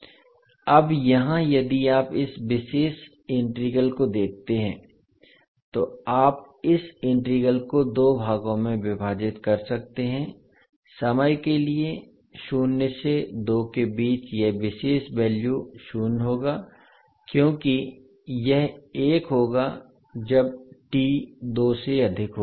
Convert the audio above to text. अब यहाँ यदि आप इस विशेष इंटीग्रल को देखते हैं तो आप इस इंटीग्रल को दो भागों में विभाजित कर सकते हैं समय के लिए शून्य से दो के बीच यह विशेष वैल्यू शून्य होगा क्योंकि यह एक होगा जब टी दो से अधिक होगा